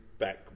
back